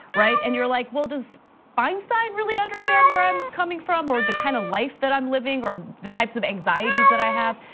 right? and you're like well, does feinstein really understand where i'm coming from or the kind of life that i'm living, or the types of anxieties that i have?